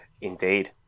Indeed